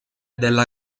della